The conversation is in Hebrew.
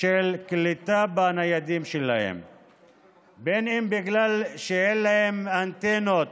של קליטה בניידים, אם בגלל שאין להם אנטנות